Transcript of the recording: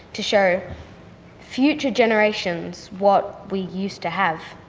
to show future generations what we used to have.